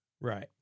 Right